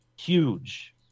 huge